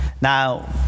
Now